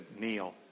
kneel